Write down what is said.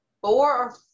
four